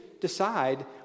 decide